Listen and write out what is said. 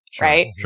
right